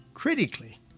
Critically